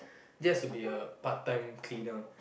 just to be a part time cleaner